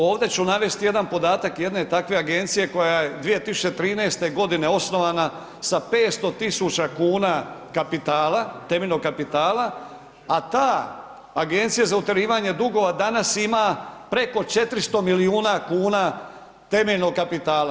Ovde ću navest jedan podatak jedne takve agencije koja je 2013.g. osnovana sa 500.000,00 kn kapitala, temeljnog kapitala, a ta Agencija za utjerivanje dugova danas ima preko 400 milijuna kuna temeljnog kapitala.